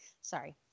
Sorry